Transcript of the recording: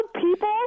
people